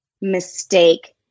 mistake